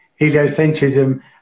heliocentrism